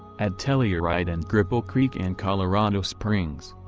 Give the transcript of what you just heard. at telluride and cripple creek and colorado springs.